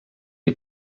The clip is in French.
les